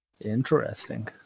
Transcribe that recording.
Interesting